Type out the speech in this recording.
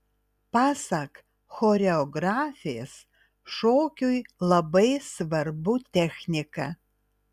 pasak choreografės šokiui labai svarbu technika